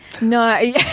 No